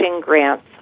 grants